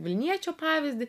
vilniečio pavyzdį